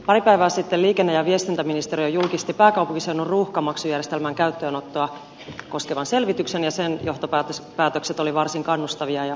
pari päivää sitten liikenne ja viestintäministeriö julkisti pääkaupunkiseudun ruuhkamaksujärjestelmän käyttöönottoa koskevan selvityksen ja sen johtopäätökset olivat varsin kannustavia ja ilahduttavia